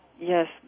Yes